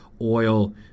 Oil